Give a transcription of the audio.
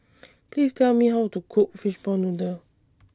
Please Tell Me How to Cook Fishball Noodle